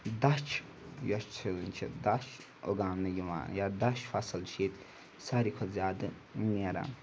دَچھ یۄس چھِ یہِ چھِ دَچھ اُگاونہٕ یِوان یا دَچھ فصٕل چھِ ییٚتہِ ساروی کھۄتہٕ زیادٕ نیران